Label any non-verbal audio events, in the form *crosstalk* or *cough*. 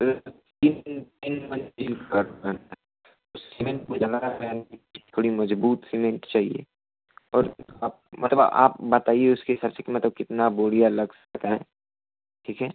sir *unintelligible* थोड़ी मजबूत cement चाहिए और आप मतबब आप बताइए उसके हिसाब से मतब कितना बोरी लग सकता है ठीक है